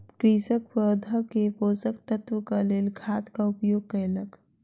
कृषक पौधा के पोषक तत्वक लेल खादक उपयोग कयलक